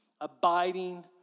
abiding